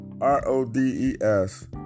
R-O-D-E-S